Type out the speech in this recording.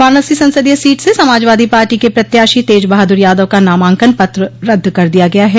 वाराणसी संसदीय सीट से समाजवादी पार्टी के प्रत्याशी तेज बहादुर यादव का नामांकन पत्र रद्द कर दिया गया है